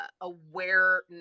awareness